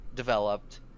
developed